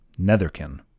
netherkin